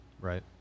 Right